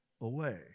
away